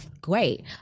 great